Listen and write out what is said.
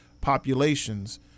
populations